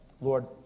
Lord